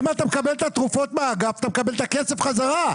את התרופות מהאגף אתה מקבל את הכסף בחזרה.